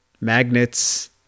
magnets